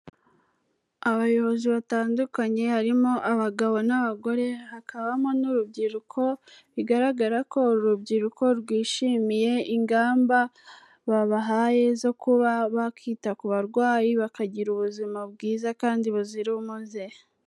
Abayobozi batandukanye harimo abagabo n'abagore hakabamo n'urubyiruko, bigaragara ko uru rubyiruko rwishimiye ingamba babahaye zo kuba bakita ku barwayi bakagira ubuzima bwiza kandi buzira umuze.